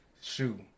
Shoe